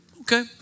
Okay